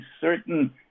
certain